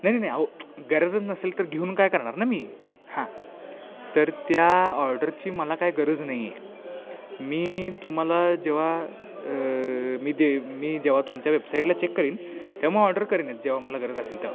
नाही नाही नाही अहो गरजच नसेल तर घेऊन काय करणार ना मी हां तर त्या ऑर्डरची मला काय गरज नाही आहे मी तुम्हाला जेव्हा मी दे मी जेव्हा तुमच्या वेबसाईटला चेक करीनच तेव्हा म ऑर्डर करीन जेव्हा मला गरज असेल तेव्हा